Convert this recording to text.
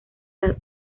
las